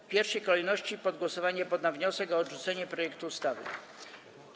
W pierwszej kolejności pod głosowanie poddam wniosek o odrzucenie projektu ustawy.